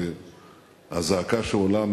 על הזעקה שעולה,